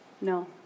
No